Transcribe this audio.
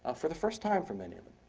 ah for the first time for many of